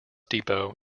depot